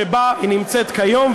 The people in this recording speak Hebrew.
שבו היא נמצאת כיום.